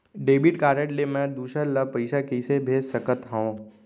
Debit card ले मैं दूसर ला पइसा कइसे भेज सकत हओं?